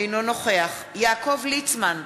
אינו נוכח יעקב ליצמן,